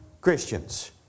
Christians